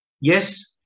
Yes